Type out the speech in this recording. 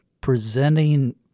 presenting